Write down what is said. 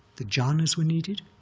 the jhanas were needed.